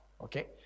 okay